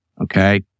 Okay